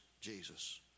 Jesus